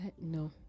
no